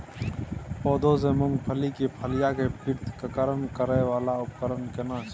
पौधों से मूंगफली की फलियां के पृथक्करण करय वाला उपकरण केना छै?